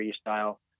style